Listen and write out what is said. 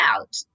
out